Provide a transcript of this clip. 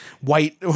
white